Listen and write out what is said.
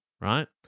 right